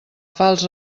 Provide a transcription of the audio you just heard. falç